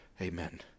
Amen